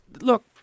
look